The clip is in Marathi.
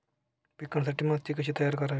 पिकांसाठी माती कशी तयार करावी?